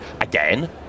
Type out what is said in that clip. again